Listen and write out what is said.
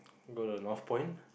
go to Northpoint